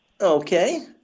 Okay